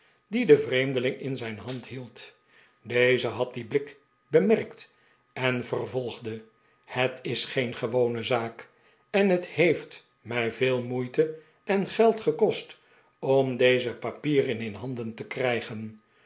de vreemdeling in zijn hand hield deze had dien blik bemerkt en vervolgde het is geengewone zaak en het heeft mij veel moeite en geld gekost om deze papieren in handen te krijgen